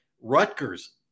Rutgers